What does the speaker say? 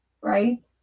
right